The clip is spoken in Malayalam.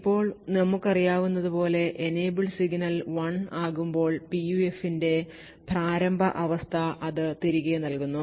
ഇപ്പോൾ നമുക്കറിയാവുന്നതുപോലെ Enable സിഗ്നൽ 1 ആകുമ്പോൾ PUF ന്റെ പ്രാരംഭ അവസ്ഥ അത് തിരികെ നൽകുന്നു